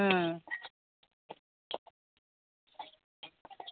হুম